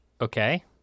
Okay